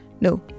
No